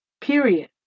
Period